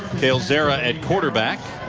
zahra at quarterback.